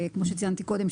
כמו שציינתי קודם,